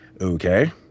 Okay